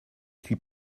suis